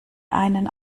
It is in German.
einen